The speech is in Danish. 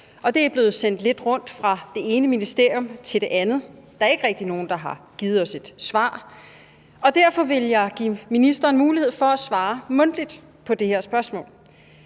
Det er blevet sendt lidt rundt fra det ene ministerium til det andet. Der er ikke rigtig nogen, der har givet os et svar. Derfor vil jeg give ministeren mulighed for at svare mundtligt på det her spørgsmål.